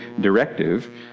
directive